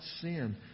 sin